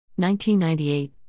1998